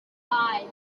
five